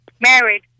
Married